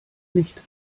nicht